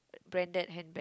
branded handbag